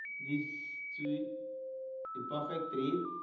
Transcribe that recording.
this to a perfect trade